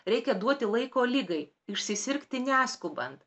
reikia duoti laiko ligai išsisirgti neskubant